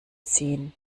ziehen